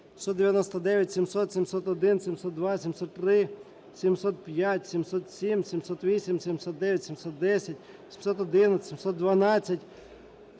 699, 700, 701, 702, 703, 705, 707, 708, 709, 710, 711, 712,